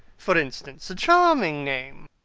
for instance, a charming name.